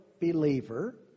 believer